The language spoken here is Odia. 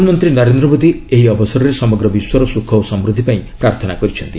ପ୍ରଧାନମନ୍ତ୍ରୀ ନରେନ୍ଦ୍ର ମୋଦୀ ଏହି ଅବସରରେ ସମଗ୍ର ବିଶ୍ୱର ଶୁଖ ଓ ସମୃଦ୍ଧି ପାଇଁ ପ୍ରାର୍ଥନା କରିଛନ୍ତି